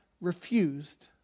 refused